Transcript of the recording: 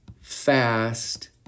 fast